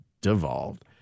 devolved